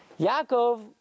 Yaakov